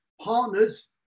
partners